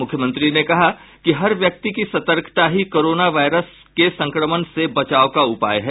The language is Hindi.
मुख्यमंत्री ने कहा कि हर व्यक्ति की सतर्कता ही कोरोना वायरस के संक्रमण से बचाव का उपाय है